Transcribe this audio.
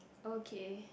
okay